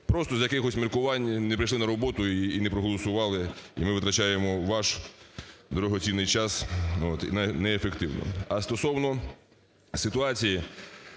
Просто з якихось міркувань не прийшли на роботу і не проголосували, і ми витрачаємо ваш дорогоцінний час неефективно. А стосовно ситуації,